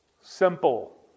Simple